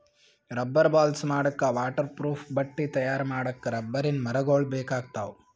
rubber balls ಮಾಡಕ್ಕಾ waterproof ಬಟ್ಟಿ ತಯಾರ್ ಮಾಡಕ್ಕ್ ರಬ್ಬರಿನ್ ಮರಗೊಳ್ ಬೇಕಾಗ್ತಾವ